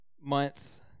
month